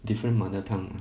different mother tongue mah